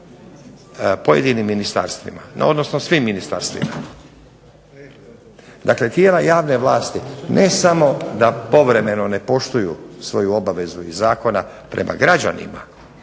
pojedinim ministarstvima, odnosno svim ministarstvima. Dakle, tijela javne vlasti ne samo da povremeno ne poštuju svoju obavezu iz zakona prema građanima,